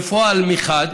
בפועל, מחד,